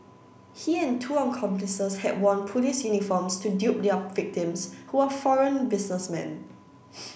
he and two accomplices had worn police uniforms to dupe their victims who were foreign businessmen